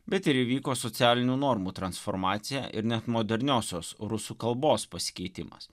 bet ir įvyko socialinių normų transformacija ir net moderniosios rusų kalbos pasikeitimas